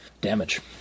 damage